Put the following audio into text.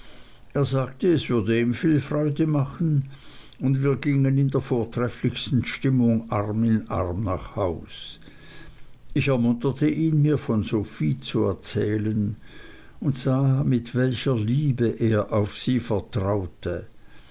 er sagte es würde ihm viel freude machen und wir gingen in der vortrefflichsten stimmung arm in arm nach haus ich ermunterte ihn mir von sophie zu erzählen und sah mit welcher liebe er auf sie vertraute